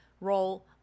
role